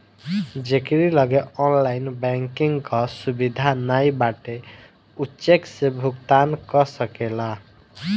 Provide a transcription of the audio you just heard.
जेकरी लगे online banking कअ सुविधा नाइ बाटे उ चेक से भुगतान कअ सकेला